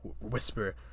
whisper